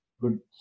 good